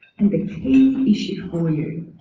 and the key issue for you